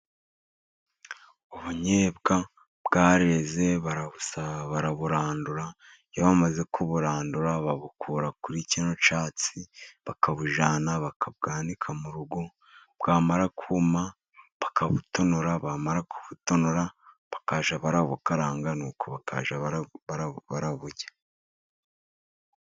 Ubunyebwa bwareze baraburandura, iyo bamaze kuburandura babukura kuri cya cyatsi, bakabujyana bakabwanika mu rugo, bwamara kuma bakabutonora, bamara kubutonora bakajya bararabukaranga, nuko bakajya baburya.